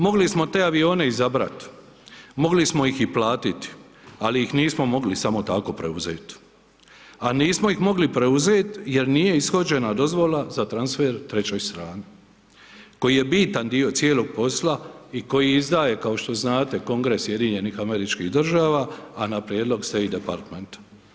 Mogli smo te avione izabrat, mogli smo ih i platiti ali ih nismo mogli samo tako preuzeti a nismo ih mogli preuzeti jer nije ishođena dozvola za transfer trećoj strani koji je bitan dio cijelog posla i koji izdaje kao što znate, Kongres SAD-a a na prijedlog State Departmenta.